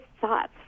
thoughts